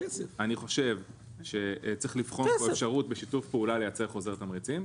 אני חושב שצריך לבחור אפשרות בשיתוף פעולה לייצר חוזר תמריצים,